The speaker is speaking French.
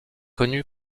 connu